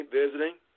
visiting